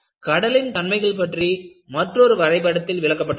கடலின் தன்மைகள் பற்றி மற்றொரு வரைபடத்தில் விளக்கப்பட்டுள்ளது